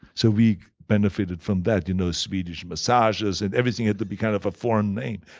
so we benefited from that. you know swedish massages and everything had to be kind of a foreign name.